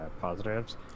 positives